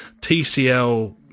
TCL